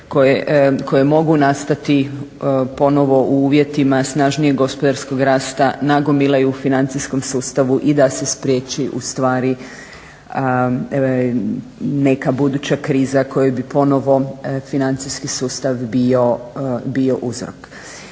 koje mogu nastati ponovo u uvjetima snažnijeg gospodarskog rasta nagomilaju u financijskom sustavu i da se spriječi ustvari neka buduća kriza kojoj bi ponovo financijski sustav bio uzrok.